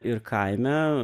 ir kaime